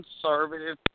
conservative